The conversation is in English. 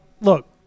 look